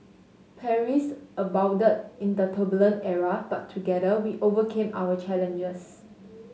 perils abounded in the turbulent era but together we overcame our challenges